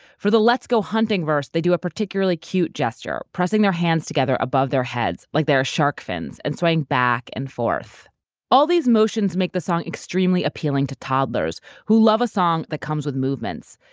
for the let's go hunting verse, they do a particularly cute gesture, pressing their hands together above their heads like they are shark fins and swaying back and forth all these motions make the song extremely appealing to toddlers who love a song that comes with movements.